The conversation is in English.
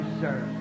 sir